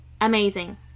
amazing